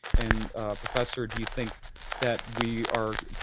and professor, do you think that we are,